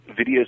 videos